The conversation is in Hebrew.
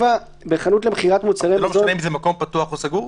לא משנה אם זה מקום פתוח או סגור?